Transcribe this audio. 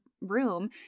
room